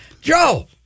Joe